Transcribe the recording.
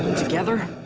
together,